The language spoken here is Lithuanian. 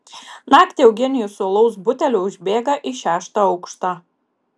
naktį eugenijus su alaus buteliu užbėga į šeštą aukštą